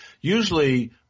usually